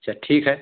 अच्छा ठीक है